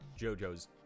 JoJo's